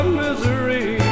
misery